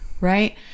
right